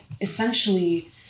essentially